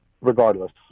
regardless